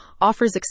offers